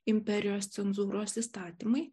imperijos cenzūros įstatymai